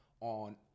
on